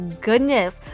goodness